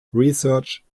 research